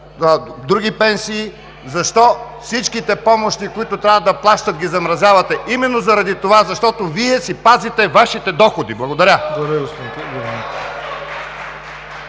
други пенсии, защо всичките помощи, които трябва да получават, ги замразявате именно заради това, защото си пазите Вашите доходи. Благодаря.